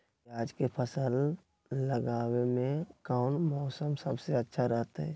प्याज के फसल लगावे में कौन मौसम सबसे अच्छा रहतय?